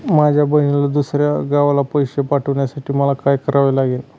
माझ्या बहिणीला दुसऱ्या गावाला पैसे पाठवण्यासाठी मला काय करावे लागेल?